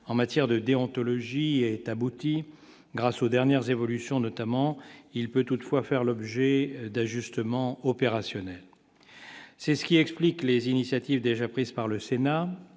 en matière de déontologie est abouti grâce aux dernières évolutions notamment il peut toutefois faire l'objet d'ajustements opérationnels, c'est ce qui explique les initiatives déjà prises par le Sénat